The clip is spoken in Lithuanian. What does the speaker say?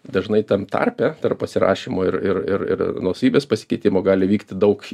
dažnai tam tarpe tarp pasirašymo ir ir ir ir nuosavybės pasikeitimo gali vykti daug